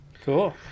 Cool